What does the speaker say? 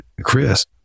Chris